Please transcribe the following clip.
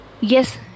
Yes